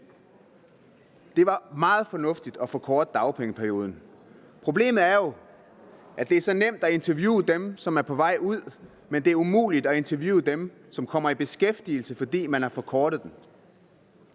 Det var meget fornuftigt at forkorte dagpengeperioden. Problemet er jo, at det er så nemt at interviewe dem, som er på vej ud, men det er umuligt at interviewe dem, som kommer i beskæftigelse, fordi man har forkortet